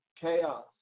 chaos